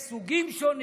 יש סוגים שונים.